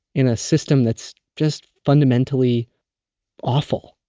in a system that's just fundamentally awful?